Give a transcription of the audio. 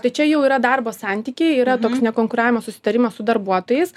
tai čia jau yra darbo santykiai yra toks nekonkuravimo susitarimas su darbuotojais